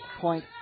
point